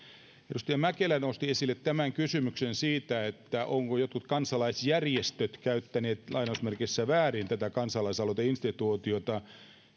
edustaja mäkelä nosti esille kysymyksen siitä ovatko jotkut kansalaisjärjestöt käyttäneet väärin tätä kansalaisaloiteinstituutiota